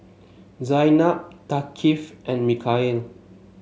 Zaynab Thaqif and Mikhail